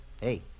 Hey